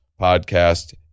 podcast